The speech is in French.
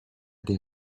des